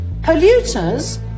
Polluters